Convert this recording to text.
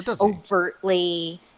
overtly